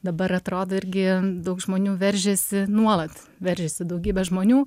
dabar atrodo irgi daug žmonių veržiasi nuolat veržiasi daugybė žmonių